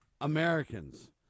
Americans